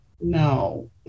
no